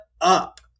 up